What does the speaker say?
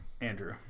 Andrew